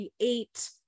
create